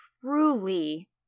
truly